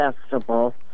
Festival